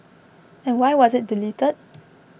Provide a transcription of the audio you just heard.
and why was it deleted